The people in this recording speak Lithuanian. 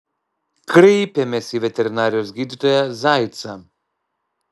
kreipėmės į veterinarijos gydytoją zaicą